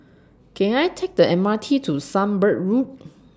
Can I Take The M R T to Sunbird Road